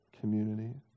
community